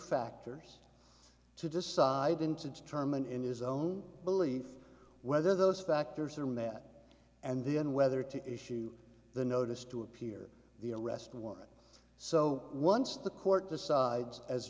factors to decide and to determine in his own belief whether those factors are met and then whether to issue the notice to appear the arrest warrant so once the court decides as